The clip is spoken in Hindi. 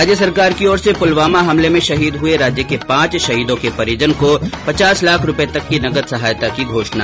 राज्य सरकार की ओर से पुलवामा हमले में शहीद हुए राज्य के पांच शहीदों के परिजन को पचास लाख रूपये तक की नकद सहायता की घोषणा